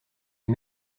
les